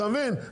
אתה מבין?